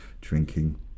drinking